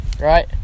right